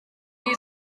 dalu